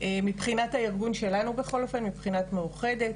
מבחינת הארגון שלנו בכל אופן, מבחינת מאוחדת.